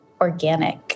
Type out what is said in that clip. organic